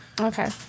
Okay